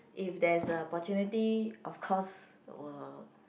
if there is a opportunity of course will